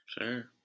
Sure